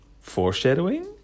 foreshadowing